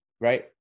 right